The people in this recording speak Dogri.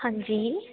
हां जी